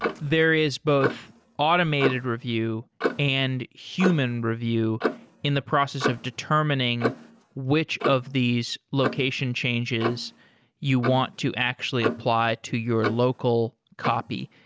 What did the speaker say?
there is both automated review and human review in the process of determining which of these location changes you want to actually apply to your local copy.